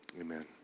Amen